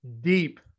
deep